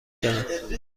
شود